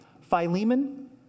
Philemon